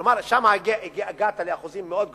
כלומר, שם הגעת לאחוזים מאוד גבוהים,